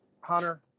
hunter